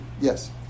yes